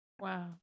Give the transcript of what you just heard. wow